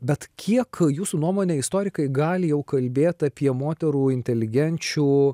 bet kiek jūsų nuomone istorikai gali jau kalbėt apie moterų inteligenčių